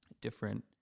different